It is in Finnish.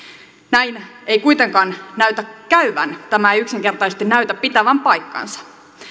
näin ei kuitenkaan näytä käyvän tämä ei yksinkertaisesti näytä pitävän paikkaansa